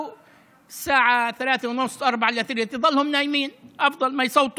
או היות שהשעה 03:30, 03:40, שיישארו ישנים.